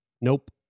nope